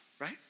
right